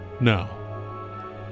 Now